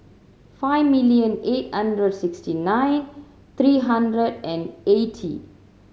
five million eight hundred sixty nine three hundred and eighty